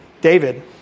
David